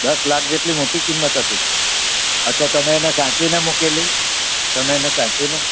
દસ લાખ જેટલી મોટી કિંમત હતી હા તો તમે એને સાચવીને મૂકેલી તમે એને સાચવીને